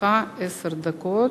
לרשותך עשר דקות.